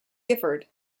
gifford